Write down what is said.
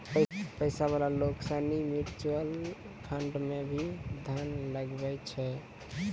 पैसा वाला लोग सनी म्यूचुअल फंड मे भी धन लगवै छै